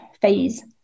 phase